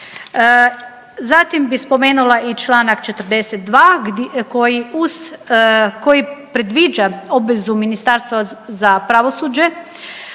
Zatim bi spomenula i čl. 42 koji predviđa obvezu ministarstva za pravosuđe